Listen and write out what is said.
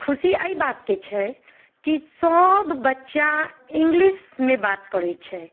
खुशी एहि बातके छै कि सभ बच्चा इंग्लिशमे बात करैत छै